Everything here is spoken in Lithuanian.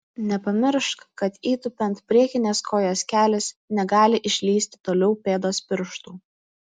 nepamiršk kad įtūpiant priekinės kojos kelis negali išlįsti toliau pėdos pirštų